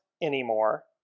anymore